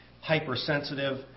hypersensitive